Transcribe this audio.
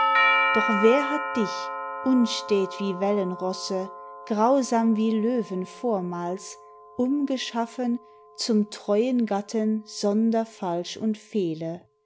doch wer hat dich unstät wie wellenrosse grausam wie löwen vormals umgeschaffen zum treuen gatten sonder falsch und fehle